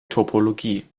topologie